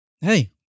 hey